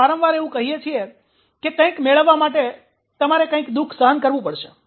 આપણે વારંવાર એવું કહીયે છીએ કે કંઈક મેળવવા માટે તમારે કંઈક દુઃખ સહન કરવું પડશે